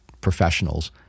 professionals